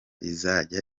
izajya